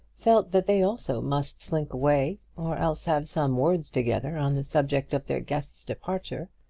felt that they also must slink away, or else have some words together on the subject of their guest's departure.